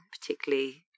particularly